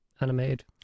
animated